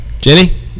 Jenny